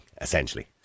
essentially